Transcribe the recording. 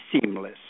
seamless